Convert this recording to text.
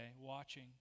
watching